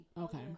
Okay